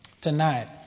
tonight